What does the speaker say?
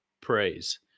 praise